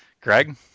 Greg